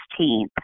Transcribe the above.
16th